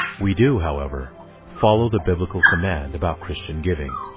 we do, however follow the biblical command about christian giving.